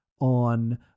on